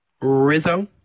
Rizzo